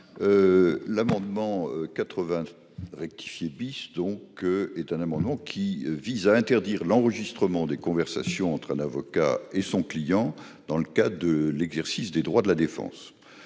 l'amendement n° 80 rectifié . Cet amendement a pour objet d'interdire l'enregistrement des conversations entre un avocat et son client dans le cadre de l'exercice des droits de la défense.